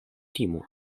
timu